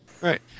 Right